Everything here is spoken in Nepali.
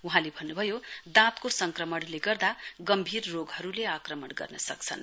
वहाँले भन्नुभयो दाँतको संक्रमणले गर्दा गम्भीर रोगहरुले आक्रमण गर्न सक्छन